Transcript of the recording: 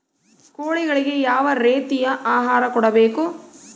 ಕೋಳಿಗಳಿಗೆ ಯಾವ ರೇತಿಯ ಆಹಾರ ಕೊಡಬೇಕು?